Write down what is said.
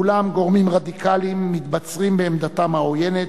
ואולם גורמים רדיקליים מתבצרים בעמדתם העוינת,